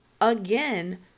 again